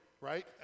Right